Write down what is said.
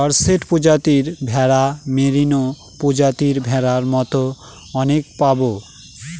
Dorset প্রজাতির ভেড়া, merino প্রজাতির ভেড়ার মতো অনেক পাবো